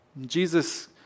Jesus